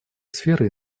сферой